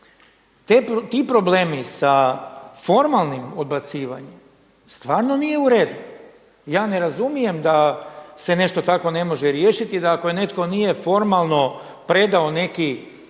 Ti problemi sa formalnim odbacivanjem stvarno nije u redu. Ja ne razumijem da nešto tako se ne može riješiti da ako netko nije formalno predao neki